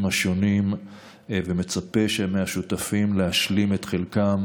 השונים ומצפה מהשותפים להשלים את חלקם.